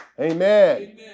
Amen